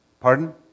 Pardon